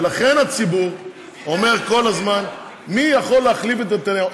ולכן הציבור אומר כל הזמן: מי יכול להחליף את נתניהו?